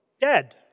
dead